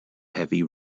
heavy